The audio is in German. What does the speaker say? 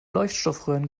leuchtstoffröhren